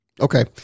Okay